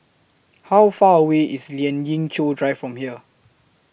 How Far away IS Lien Ying Chow Drive from here